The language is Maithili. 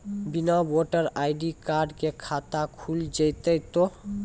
बिना वोटर आई.डी कार्ड के खाता खुल जैते तो?